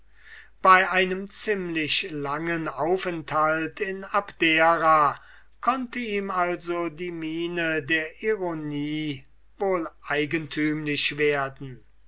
bei einem ziemlich langen aufenthalt in abdera konnte ihm also die miene der ironie wohl eigentümlich werden